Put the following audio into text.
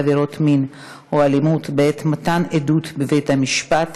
עבירות מין או אלימות בעת מתן עדות בבית המשפט),